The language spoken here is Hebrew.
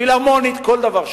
פילהרמונית, כל דבר שיש.